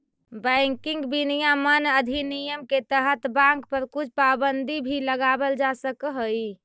banking विनियमन अधिनियम के तहत बाँक पर कुछ पाबंदी भी लगावल जा सकऽ हइ